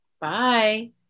Bye